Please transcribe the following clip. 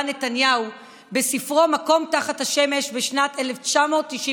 נתניהו בספרו "מקום תחת השמש" בשנת 1995: